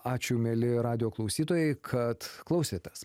ačiū mieli radijo klausytojai kad klausėtės